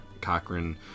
Cochrane